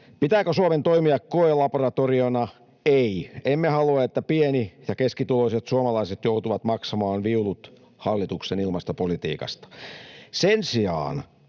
Pitääkö Suomen toimia koelaboratoriona? Ei. Emme halua, että pieni‑ ja keskituloiset suomalaiset joutuvat maksamaan viulut hallituksen ilmastopolitiikasta. Sen sijaan